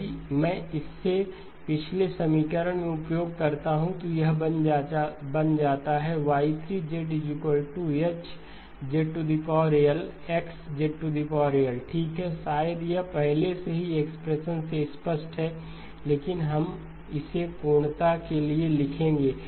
यदि मैं इसे पिछले समीकरण में उपयोग करता हूं तो यह बन जाता है Y3H X ठीक है शायद यह पहले से ही एक्सप्रेशन से स्पष्ट है लेकिन हम इसे पूर्णता के लिए लिखेंगे